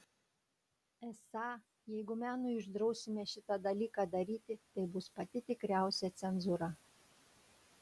esą jeigu menui uždrausime šitą dalyką daryti tai bus pati tikriausia cenzūra